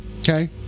Okay